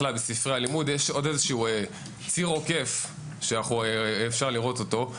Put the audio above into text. יש עוד איזה שהוא ציר עוקף שאפשר לראות אותו,